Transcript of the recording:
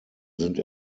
sind